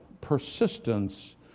persistence